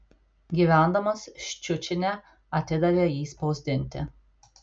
gyvendamas ščiučine atidavė jį spausdinti